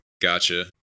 Gotcha